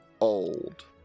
old